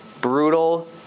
brutal